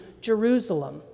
Jerusalem